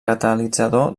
catalitzador